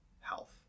health